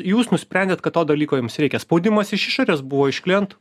jūs nusprendėt kad to dalyko jums reikia spaudimas iš išorės buvo iš klientų